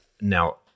now